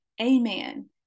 Amen